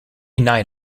night